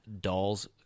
Dolls